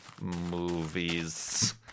movies